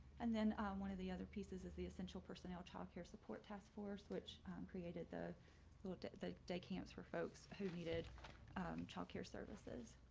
and then one of the other pieces of the essential personnel childcare support task force, which created the like the day camps for folks who needed childcare services.